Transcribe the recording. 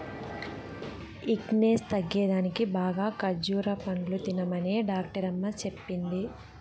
weakness తగ్గేదానికి బాగా ఖజ్జూర పండ్లు తినమనే డాక్టరమ్మ చెప్పింది